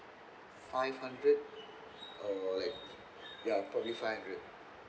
five hundred or like ya probably five hundred